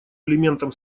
элементом